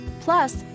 Plus